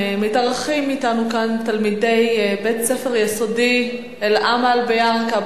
מתארחים אתנו כאן תלמידי בית-ספר יסודי "אל-עמל" בירכא.